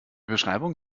beschreibung